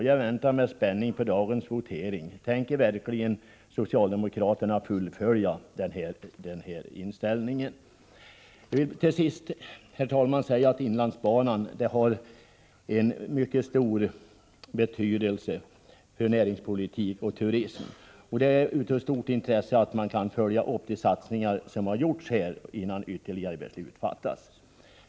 Jag väntar med spänning på dagens votering — tänker verkligen socialdemokraterna fullfölja denna inställning? Till sist, fru talman, vill jag säga att inlandsbanan har mycket stor betydelse för näringspolitik och turism, och det är av stort intresse att följa upp de satsningar som har gjorts här innan ytterligare beslut fattas.